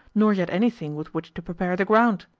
nor yet anything with which to prepare the ground.